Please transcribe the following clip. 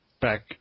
back